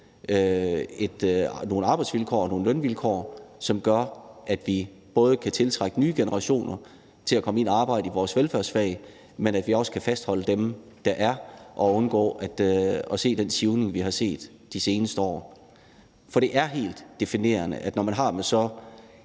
nogle arbejdsvilkår og nogle lønvilkår, som gør, at vi både kan tiltrække nye generationer til at komme ind og arbejde i vores velfærdsfag, men også kan fastholde dem, der er der, og undgå at se den sivning, vi har set de seneste år. For det er helt definerende, når man har at